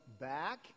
back